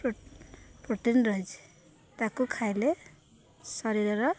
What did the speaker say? pro protein ରହିଛି ତାକୁ ଖାଇଲେ ଶରୀରର